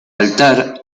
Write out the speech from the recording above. altar